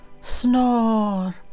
Snore